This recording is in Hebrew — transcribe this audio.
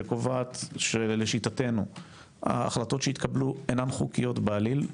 שקובעת שלשיטתנו ההחלטות שהתקבלו אינן חוקיות בעליל,